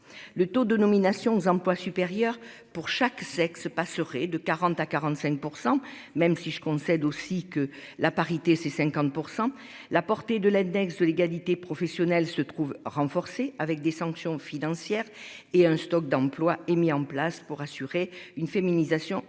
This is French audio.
Le taux de nominations aux emplois supérieurs pour chaque sexe passerait de 40 à 45%, même si je concède aussi que la parité c'est 50%. La portée de l'annexe de l'égalité professionnelle se trouvent renforcés avec des sanctions financières et un stock d'emplois et mis en place pour assurer une féminisation effective